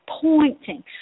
pointing